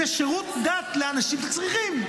זה שירות דת לאנשים שצריכים.